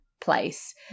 place